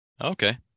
okay